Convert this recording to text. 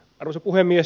arvoisa puhemies